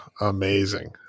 amazing